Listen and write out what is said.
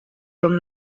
from